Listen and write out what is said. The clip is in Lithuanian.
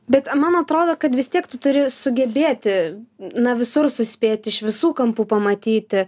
bet man atrodo kad vis tiek tu turi sugebėti na visur suspėti iš visų kampų pamatyti